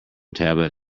tablet